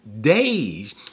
days